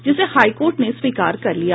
जिसे हाईकोर्ट ने स्वीकार कर लिया